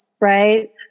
right